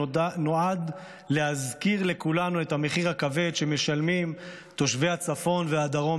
שנועד להזכיר לכולנו את המחיר הכבד שמשלמים תושבי הצפון והדרום